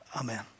Amen